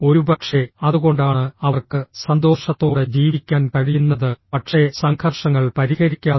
ഒരുപക്ഷേ അതുകൊണ്ടാണ് അവർക്ക് സന്തോഷത്തോടെ ജീവിക്കാൻ കഴിയുന്നത് പക്ഷേ സംഘർഷങ്ങൾ പരിഹരിക്കാതെ